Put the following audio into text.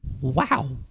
Wow